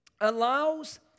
allows